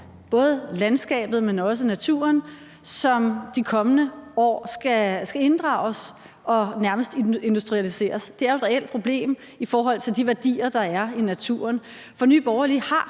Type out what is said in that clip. både landskabet, men også naturen, som i de kommende år skal inddrages og nærmest industrialiseres. Det er jo et reelt problem i forhold til de værdier, der er i naturen. For Nye Borgerlige har